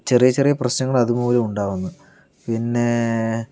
ചെറിയ ചെറിയ പ്രശ്നങ്ങൾ അതുമൂലം ഉണ്ടാകുന്നു പിന്നേ